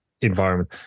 environment